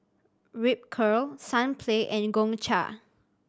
Ripcurl Sunplay and Gongcha